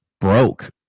broke